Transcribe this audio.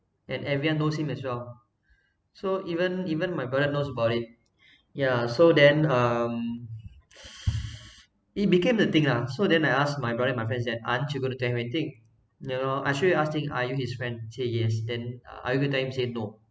and everyone knows him as well so even even my brother knows about it yeah so then um he became the thing lah so then I ask my brother and my friends that aren't you going to tell him anything you know I sure you asking are you his friend and he says yes then are you going to tell him he says no